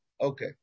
Okay